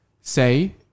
say